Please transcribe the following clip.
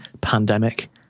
pandemic